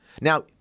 Now